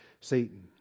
Satan